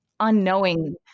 unknowing